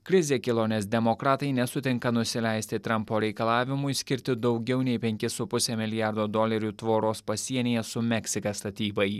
krizė kilo nes demokratai nesutinka nusileisti trampo reikalavimui skirti daugiau nei penkis su puse milijardo dolerių tvoros pasienyje su meksika statybai